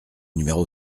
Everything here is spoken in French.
numéro